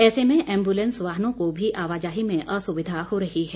ऐसे में एम्बुलेंस वाहनों को भी आवाजाही में असुविधा हो रही है